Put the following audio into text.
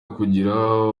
kugirira